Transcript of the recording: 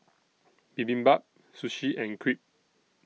Bibimbap Sushi and Crepe